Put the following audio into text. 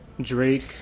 Drake